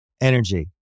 energy